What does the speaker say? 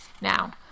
Now